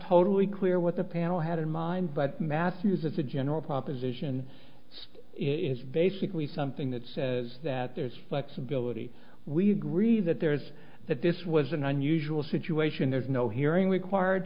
totally clear what the panel had in mind but mathews as a general proposition is basically something that says that there's flexibility we agree that there's that this was an unusual situation there's no hearing required